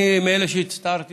אני מאלה שהצטערו